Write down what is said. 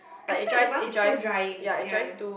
I feel like the mask is too drying ya